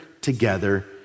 together